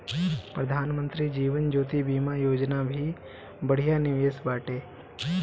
प्रधानमंत्री जीवन ज्योति बीमा योजना भी बढ़िया निवेश बाटे